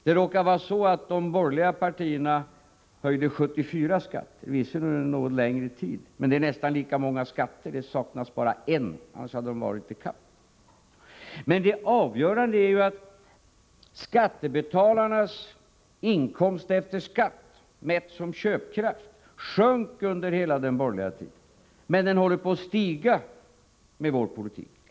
Det råkar vara så att de borgerliga partierna höjde 74 skatter, visserligen under en något längre tid, men det är fråga om nästan lika många skatter, det saknas bara en, annars hade de borgerliga varit i kapp. Men det avgörande är ju att skattebetalarnas inkomster efter skatt mätt som köpkraft sjönk under hela den borgerliga tiden men med vår politik nu håller på att stiga.